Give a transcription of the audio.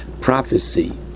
prophecy